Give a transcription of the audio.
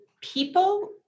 people